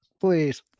Please